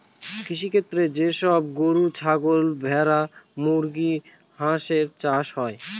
কৃষিক্ষেত্রে যে সব গরু, ছাগল, ভেড়া, মুরগি, হাঁসের চাষ করে